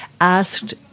asked